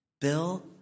Bill